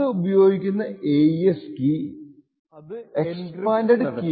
ഇത് ഉപയോഗിക്കുന്ന AES key expanded കീയോട് സ്ട്രക്ച്ചർഡ് ആയതാണ്